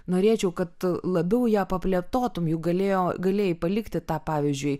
norėčiau kad labiau ją plėtotum juk galėjo galėjai palikti tą pavyzdžiui